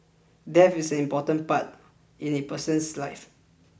death is an important part in a person's life